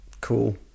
Cool